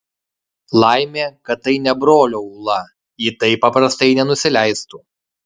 laimė kad tai ne brolio ūla ji taip paprastai nenusileistų